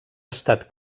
estat